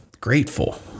grateful